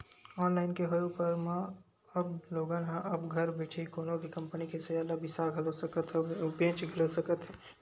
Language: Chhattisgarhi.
ऑनलाईन के होय ऊपर म अब लोगन ह अब घर बइठे ही कोनो भी कंपनी के सेयर ल बिसा घलो सकत हवय अउ बेंच घलो सकत हे